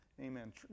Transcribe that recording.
amen